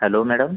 hello madam